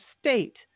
state